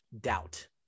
doubt